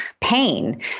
pain